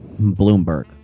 Bloomberg